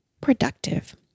productive